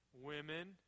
women